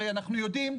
הרי אנחנו יודעים,